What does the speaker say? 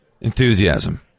Enthusiasm